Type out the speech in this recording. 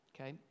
Okay